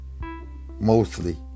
mostly